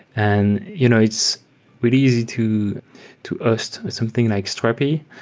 and you know it's really easy to to ah host something like strapi.